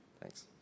Thanks